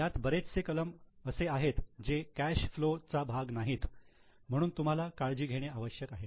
यात बरेचसे कलम असे आहेत जे कॅश फ्लो चा भाग नाहीत म्हणून तुम्हाला काळजी घेणे आवश्यक आहे